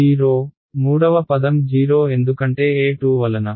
0 మూడవ పదం 0 ఎందుకంటే E2 వలన